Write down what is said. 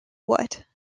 what